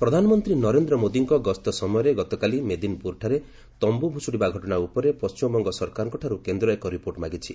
ପ୍ରଧାନମନ୍ତ୍ରୀ ନରେନ୍ଦ୍ର ମୋଦିଙ୍କ ଗସ୍ତ ସମୟରେ ଗତକାଲି ମେଦିନୀପୁରଠାରେ ତମ୍ଭୁ ଭୁଶୁଡ଼ିବା ଘଟଣା ଉପରେ ପଶ୍ଚିମବଙ୍ଗ ସରକାରଙ୍କଠାରୁ କେନ୍ଦ୍ର ଏକ ରିପୋର୍ଟ ମାଗିଛି